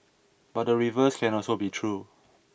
but the reverse can also be true